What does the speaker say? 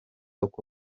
uko